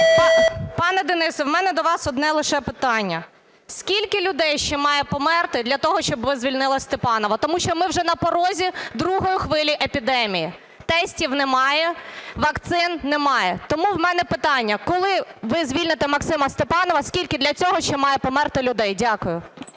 Пане Денисе, в мене до вас одне лише питання. Скільки людей ще має померти для того, щоб ви звільнили Степанова? Тому що ми вже на порозі другої хвилі епідемії, тестів немає, вакцин немає. Тому в мене питання: коли ви звільните Максима Степанова, скільки для цього ще має померти людей? Дякую.